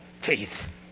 faith